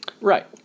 right